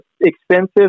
expensive